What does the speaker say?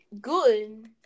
good